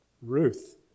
Ruth